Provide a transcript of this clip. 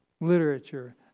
literature